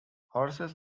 horses